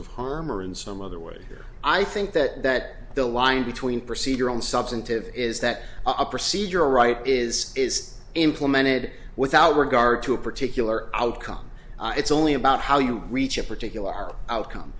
of harm or in some other way i think that that the line between procedure on substantive is that a procedural right is is implemented without regard to a particular outcome it's only about how you reach a particular art outcome